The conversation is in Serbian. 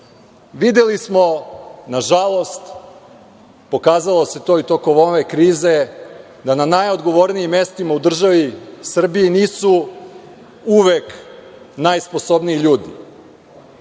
meseca. Videli smo nažalost, pokazalo se to i tokom ove krize da na najodgovornijim mestima u državi Srbiji nisu uvek najsposobniji ljudi.